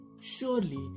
surely